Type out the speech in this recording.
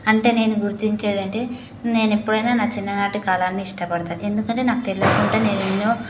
అంటే నేను గుర్తించేది అంటే నేను ఎప్పుడైనా నా చిన్ననాటి కాలాన్ని ఇష్టపడతాను ఎందుకంటే నాకు తెలియకుండా నేనెన్నో